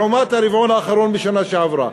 לעומת הרבעון האחרון בשנה שעברה,